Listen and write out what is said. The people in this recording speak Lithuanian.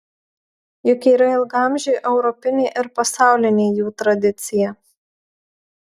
juk yra ilgaamžė europinė ir pasaulinė jų tradicija